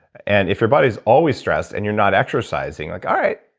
and if your body's always stressed and you're not exercising, like, all right,